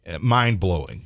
mind-blowing